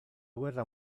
guerra